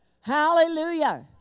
Hallelujah